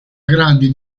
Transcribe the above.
grandi